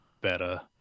better